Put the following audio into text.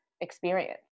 experience